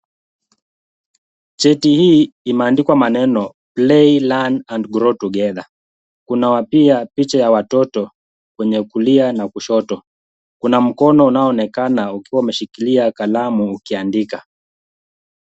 Cheti hii imeandikwa maneno play, learn, and grow together . Kuna wa pia picha ya watoto kwenye kulia na kushoto. Kuna mkono unaoonekana ukiwa umeshikilia kalamu ukiandika.